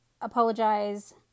apologize